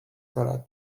کارات